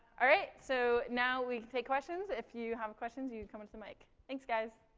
all right, so now we take questions. if you have questions, you come up to the mic. thanks, guys.